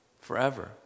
Forever